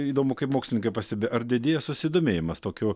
įdomu kaip mokslininkai pastebi ar didėja susidomėjimas tokiu